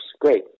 great